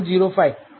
05